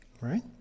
Right